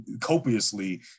copiously